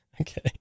Okay